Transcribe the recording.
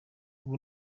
ubu